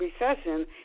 Recession